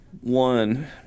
one